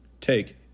Take